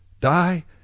die